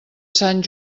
sant